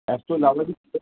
ਇਸ ਤੋਂ ਇਲਾਵਾ ਵੀ